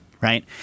right